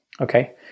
okay